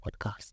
podcast